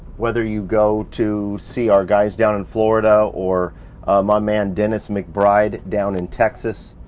whether you go to see our guys down in florida or my man dennis mcbride down in texas,